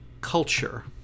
culture